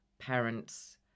parents